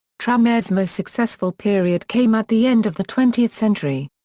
tranmere's most successful period came at the end of the twentieth century.